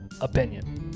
opinion